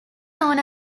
known